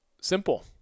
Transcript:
simple